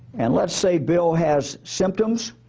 and let's say bill has symptoms